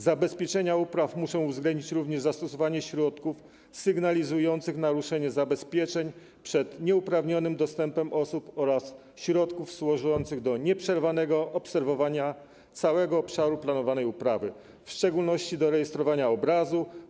Zabezpieczenia upraw muszą uwzględnić również zastosowanie środków sygnalizujących naruszenie zabezpieczeń przed nieuprawnionym dostępem osób oraz środków służących do nieprzerwanego obserwowania całego obszaru planowanej uprawy, w szczególności do rejestrowania obrazu.